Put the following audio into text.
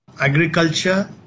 agriculture